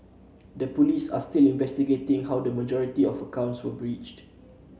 the police are still investigating how the majority of the accounts were breached